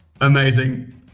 Amazing